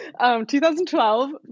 2012